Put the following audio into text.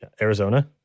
Arizona